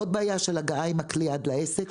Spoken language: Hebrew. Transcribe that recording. עוד בעיה של הגעה עם הכלי עד לעסק,